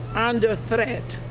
under threat